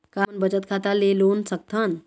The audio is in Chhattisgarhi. का हमन बचत खाता ले लोन सकथन?